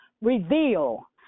reveal